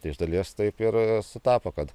tai iš dalies taip ir sutapo kad